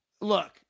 Look